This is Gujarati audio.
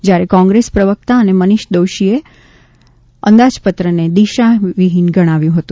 જ્યારે કોંગ્રેસ પ્રવકતા અને મનીષ દોશીએ અંદાજપત્રને દિશાહિન ગણાવ્યું હતું